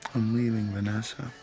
i'm leaving vanessa.